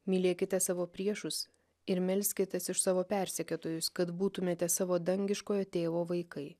mylėkite savo priešus ir melskitės už savo persekiotojus kad būtumėte savo dangiškojo tėvo vaikai